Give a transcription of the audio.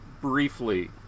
briefly